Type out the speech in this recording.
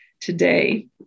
today